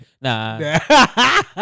Nah